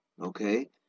okay